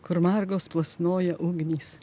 kur margos plasnoja ugnys